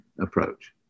approach